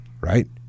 right